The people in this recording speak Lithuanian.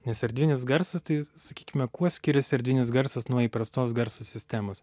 nes erdvinis garsas tai sakykime kuo skiriasi erdvinis garsas nuo įprastos garso sistemos